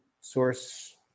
source